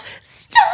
Stop